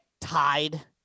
tied